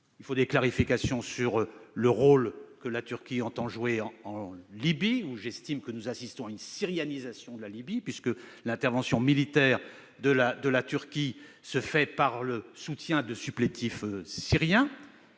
il faut des clarifications sur le rôle que la Turquie entend jouer en Libye. J'estime en effet que nous assistons à une « syrianisation » de la Libye, puisque l'intervention militaire de la Turquie se fait grâce au soutien de supplétifs syriens.